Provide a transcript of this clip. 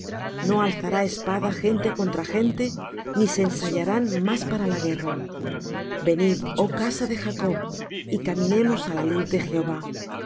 no alzará espada gente contra gente ni se ensayarán más para la guerra venid oh casa de jacob y caminemos á la luz de jehová